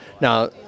now